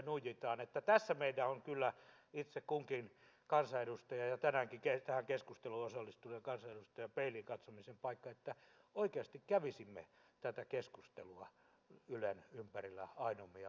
tässä meillä on kyllä itse kunkin kansanedustajan ja tänäänkin tähän keskusteluun osallistuneiden kansanedustajien peiliin katsomisen paikka että oikeasti kävisimme tätä keskustelua ylen ympärillä aidommin ja vakavammin